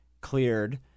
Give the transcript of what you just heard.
cleared